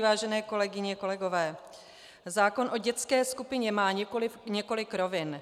Vážené kolegyně, kolegové, zákon o dětské skupině má několik rovin.